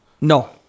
No